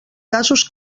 casos